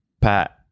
Pat